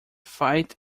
fight